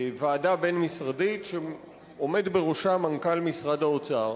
ועדה בין-משרדית שעומד בראשה מנכ"ל משרד האוצר.